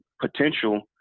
potential